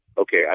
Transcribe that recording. okay